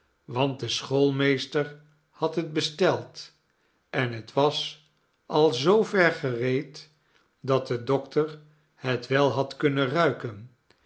want de schoolmeester had het besteld en het was al zoover gereed dat de dokter het wel had kunnen ruiken